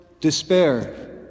despair